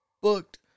booked